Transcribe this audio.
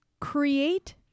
create